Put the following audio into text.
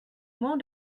more